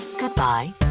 Goodbye